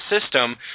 system